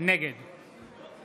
נגד